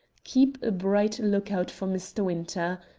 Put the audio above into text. keep a bright look-out for mr. winter.